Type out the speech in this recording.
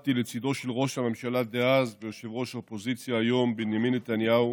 עמדתי לצידו של ראש הממשלה דאז וראש האופוזיציה היום בנימין נתניהו